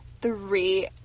three